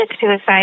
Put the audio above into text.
suicide